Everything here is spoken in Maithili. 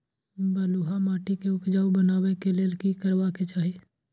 बालुहा माटी के उपजाउ बनाबै के लेल की करबा के चाही?